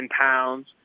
pounds